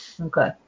Okay